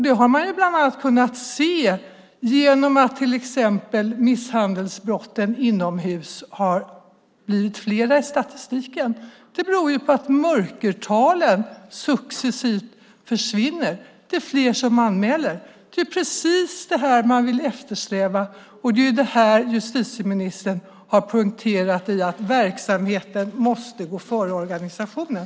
Det har man bland annat kunnat se genom att till exempel misshandelsfallen inomhus har blivit fler i statistiken, men det beror på att mörkertalen successivt försvinner när fler anmäler. Det är precis detta som man vill eftersträva, och det är detta som justitieministern har poängterat genom att säga att verksamheten måste gå före organisationen.